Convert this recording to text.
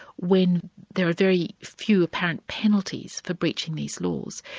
when there are very few apparent penalties for breaching these laws.